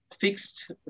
fixed